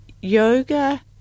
yoga